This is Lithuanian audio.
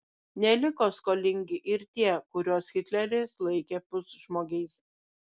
neliko skolingi ir tie kuriuos hitleris laikė pusžmogiais